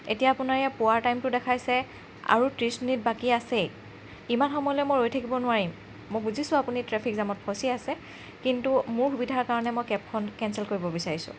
এতিয়া আপোনাৰ ইয়াত পোৱাৰ টাইমটো দেখাইছে আৰু ত্ৰিছ মিনিট বাকী আছেই ইমান সময়লৈ মই ৰৈ থাকিব নোৱাৰিম মই বুজিছোঁ আপুনি ট্ৰেফিক জামত ফচি আছে কিন্তু মোৰ সুবিধাৰ কাৰণে মই কেবখন কেঞ্চেল কৰিব বিচাৰিছোঁ